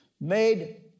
made